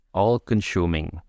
all-consuming